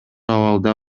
абалда